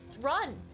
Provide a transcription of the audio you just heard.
Run